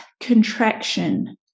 contraction